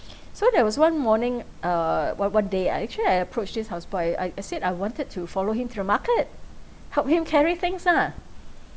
so there was one morning uh one one day I actually I approached this house boy I I said I wanted to follow him to the market helped him carry things lah